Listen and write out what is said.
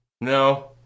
No